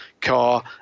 car